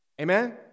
amen